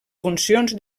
funcions